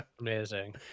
amazing